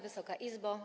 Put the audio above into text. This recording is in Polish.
Wysoka Izbo!